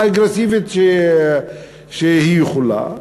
האגרסיבית שהיא יכולה,